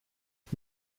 ich